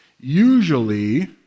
usually